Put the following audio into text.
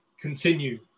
continue